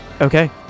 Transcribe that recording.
Okay